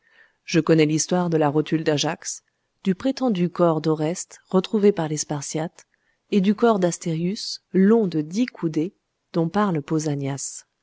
je connais l'histoire de la rotule d'ajax du prétendu corps d'oreste retrouvé par les spartiates et du corps d'astérius long de dix coudées dont parle